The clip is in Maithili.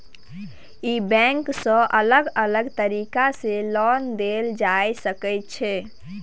ई बैंक सँ अलग अलग तरीका सँ लोन देल जाए सकै छै